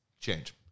change